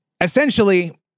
essentially